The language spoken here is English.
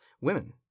women